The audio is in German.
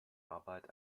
arbeit